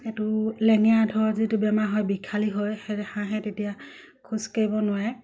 এইটো যিটো বেমাৰ হয় বিষালী হয় সেই হাঁহে তেতিয়া খোজকাঢ়িব নোৱাৰে